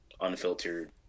unfiltered